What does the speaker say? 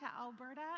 Alberta